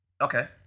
Okay